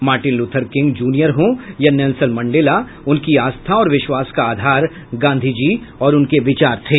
Martin Luther King Junior हों या Nelson Mandela उनकी आस्था और विश्वास का आधार गांधीजी और उनके विचार थे